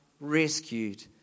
rescued